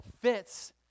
fits